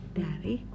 dari